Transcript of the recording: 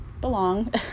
belong